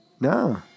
No